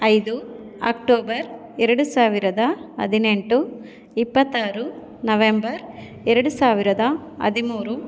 ಐದು ಅಕ್ಟೋಬರ್ ಎರಡು ಸಾವಿರದ ಹದಿನೆಂಟು ಇಪ್ಪತ್ತಾರು ನವೆಂಬರ್ ಎರಡು ಸಾವಿರದ ಹದಿಮೂರು